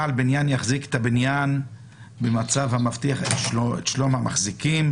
בעל בניין יחזיק את הבניין במצב המבטיח את שלום המחזיקים,